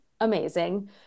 Amazing